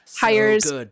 hires-